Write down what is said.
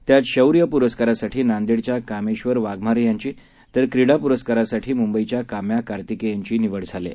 त्यातशौर्यपुरस्कारासाठीनांदेडच्याकामेश्वरवाघमारेयांची तरक्रीडापुरस्कारासाठीमुंबईच्याकाम्याकार्तिकेयनचीनिवडझालीआहे